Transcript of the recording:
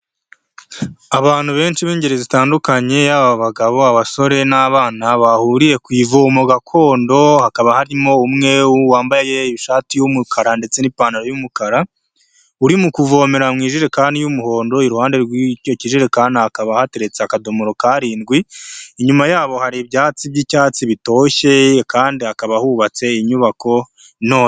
Abantu benshi b'ingeri zitandukanye, yaba abagabo, abasore, n'abana bahuriye ku ivomo gakondo, hakaba harimo umwe wambaye ishati y'umukara, ndetse n'ipantaro y'umukara, uri mu kuvomera mu ijerekani y'umuhondo, iruhande rw'icyo kijerekani hakaba hateretse akadomoro karindwi, inyuma yabo hari ibyatsi by'icyatsi bitoshye, kandi hakaba hubatse inyubako ntoya.